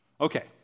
Okay